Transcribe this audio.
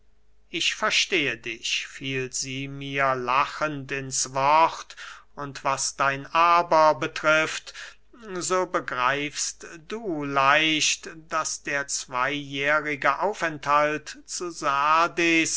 ich verstehe dich fiel sie mir lachend ins wort und was dein aber betrifft so begreifst du leicht daß der zweyjährige aufenthalt zu sardes